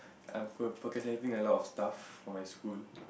I'm procrastinating a lot of stuff for my school